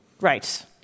right